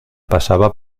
pasaba